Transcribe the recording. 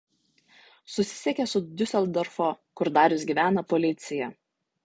susisiekė su diuseldorfo kur darius gyvena policija